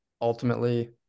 ultimately